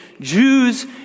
Jews